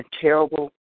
terrible